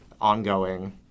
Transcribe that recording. ongoing